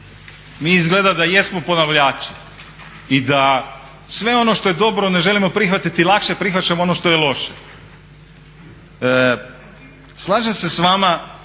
mi izgleda da i jesmo ponavljači i da sve ono što je dobro ne želimo prihvatiti i lakše prihvaćamo ono što je loše. Slažem se s vama,